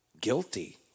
guilty